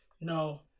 No